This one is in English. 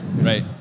Right